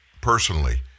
personally